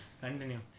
Continue